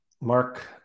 Mark